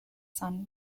son